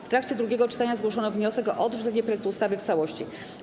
W trakcie drugiego czytania zgłoszono wniosek o odrzucenie projektu ustawy w całości.